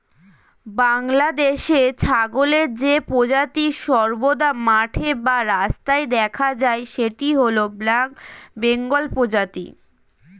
বাংলাদেশে ছাগলের যে প্রজাতি সর্বদা মাঠে বা রাস্তায় দেখা যায় সেটি হল ব্ল্যাক বেঙ্গল প্রজাতি